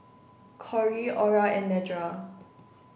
Corey Ora and Nedra